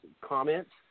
comments